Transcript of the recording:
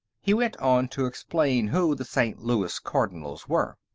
he went on to explain who the st. louis cardinals were.